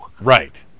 Right